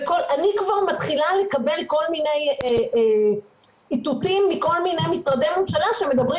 אני כבר מתחילה לקבל כל מיני איתותים מכל מיני משרדי ממשלה שמדברים